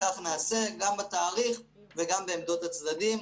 גם בתאריך וגם בעמדות הצדדים,